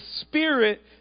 Spirit